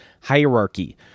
hierarchy